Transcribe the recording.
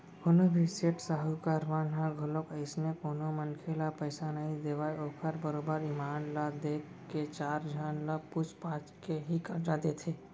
कोनो भी सेठ साहूकार मन ह घलोक अइसने कोनो मनखे ल पइसा नइ देवय ओखर बरोबर ईमान ल देख के चार झन ल पूछ पाछ के ही करजा देथे